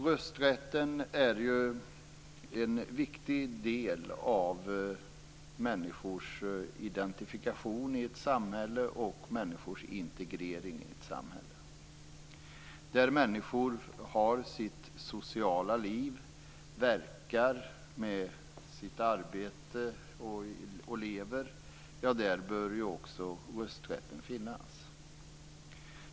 Rösträtten är en viktig del av människors identifikation och integrering i ett samhälle. Där människor har sitt sociala liv, verkar i sitt arbete och lever, där bör också rösträtten finnas.